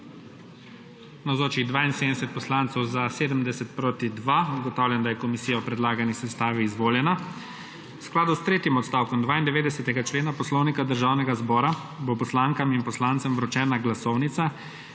2. (Za je glasovalo 70.) (Proti 2.) Ugotavljam, da je komisija v predlagani sestavi izvoljena. V skladu s tretjim odstavkom 92. člena Poslovnika Državnega zbora bo poslankam in poslancem vročena glasovnica